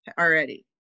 already